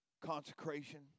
Consecration